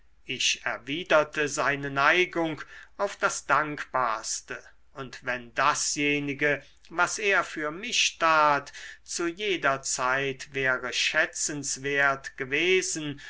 ich erwiderte seine neigung auf das dankbarste und wenn dasjenige was er für mich tat zu jeder zeit wäre schätzenswert gewesen